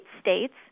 states